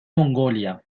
mongolia